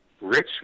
Rich